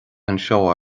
anseo